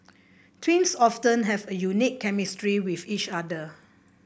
twins often have a unique chemistry with each other